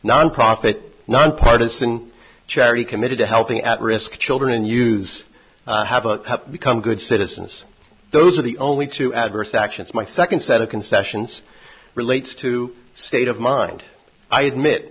nonprofit nonpartisan charity committed to helping at risk children in use have become good citizens those are the only two adverse actions my second set of concessions relates to state of mind i admit